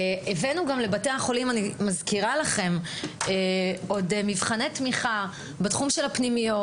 אני מזכירה לכם שהבאנו גם לבתי החולים מבחני תמיכה בתחום של הפנימיות,